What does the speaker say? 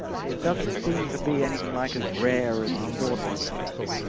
it doesn't seem to be anything like as rare as we thought it would be.